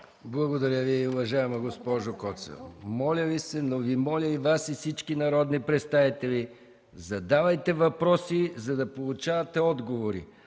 Благодаря Ви, уважаема госпожо Коцева. Моля Ви се – моля и Вас, но и всички народни представители: задавайте въпроси, за да получавате отговори,